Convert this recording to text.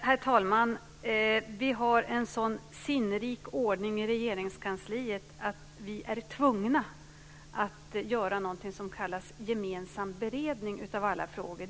Herr talman! Vi har en sådan sinnrik ordning i Regeringskansliet att vi är tvungna att göra någonting som kallas gemensam beredning av alla frågor.